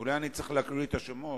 אולי אני צריך להקריא את השמות,